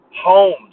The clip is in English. homes